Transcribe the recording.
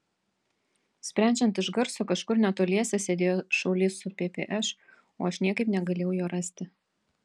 sprendžiant iš garso kažkur netoliese sėdėjo šaulys su ppš o aš niekaip negalėjau jo rasti